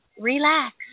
relax